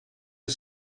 are